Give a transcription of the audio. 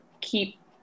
keep